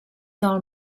del